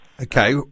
okay